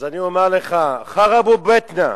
אז אני אומר לך: ח'רבו ביתנא.